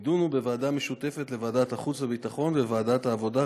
יידונו בוועדה משותפת לוועדת החוץ והביטחון ולוועדת העבודה,